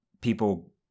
people –